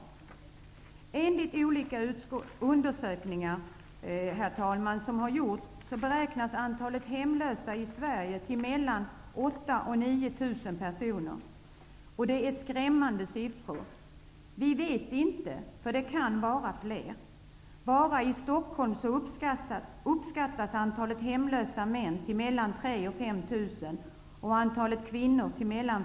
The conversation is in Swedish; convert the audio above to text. Enligt olika undersökningar som har gjorts beräknas antalet hemlösa i Sverige till mellan 8 000 och 9 000 personer. Det är skrämmande siffror. Vi vet inte hur många de är -- det kan vara fler.